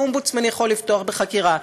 האומבודסמן יכול לפתוח בחקירה.